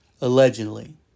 allegedly